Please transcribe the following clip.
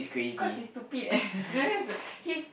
cause he's stupid and he's